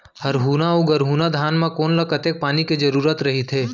हरहुना अऊ गरहुना धान म कोन ला कतेक पानी के जरूरत रहिथे?